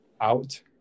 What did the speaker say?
out